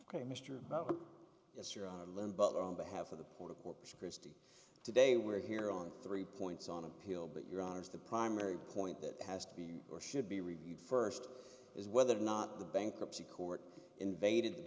ok mr it's you're on a limb but on behalf of the port of corpus christi today we're here on three points on appeal but your honor is the primary point that has to be or should be reviewed first is whether or not the bankruptcy court invaded